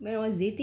oh